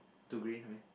two green I mean